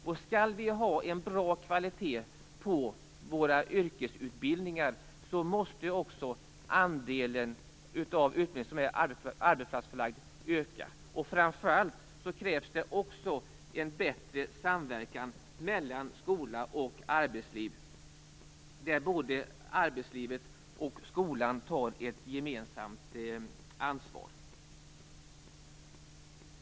Om vi skall ha en bra kvalitet på våra yrkesutbildningar måste också andelen utbildning som är arbetsplatsförlagd öka. Framför allt krävs det en bättre samverkan mellan skola och arbetsliv, där skolan och arbetslivet tar ett gemensamt ansvar.